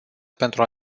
pentru